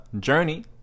journey